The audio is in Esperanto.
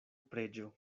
preĝo